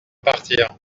partir